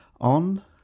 on